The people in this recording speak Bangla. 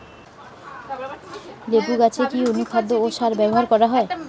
লেবু গাছে কি অনুখাদ্য ও সার ব্যবহার করা হয়?